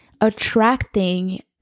attracting